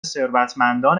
ثروتمندان